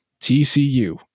TCU